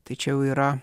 tai čia jau yra